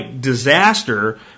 disaster